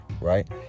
right